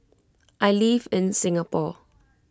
I live in Singapore